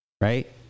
Right